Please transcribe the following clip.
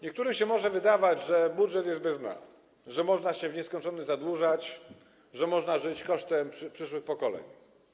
Niektórym się może wydawać, że budżet jest bez dna, że można się w nieskończoność zadłużać, że można żyć kosztem przyszłych pokoleń.